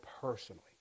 personally